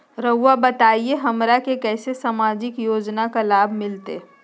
रहुआ बताइए हमरा के कैसे सामाजिक योजना का लाभ मिलते?